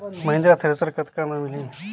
Mahindra thresher कतका म मिलही?